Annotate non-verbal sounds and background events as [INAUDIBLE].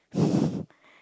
[LAUGHS]